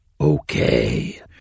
okay